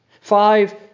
Five